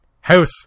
House